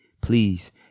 Please